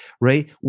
right